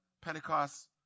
Pentecost